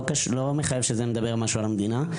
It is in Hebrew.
לא מחייב שזה מדבר משהו על המדינה,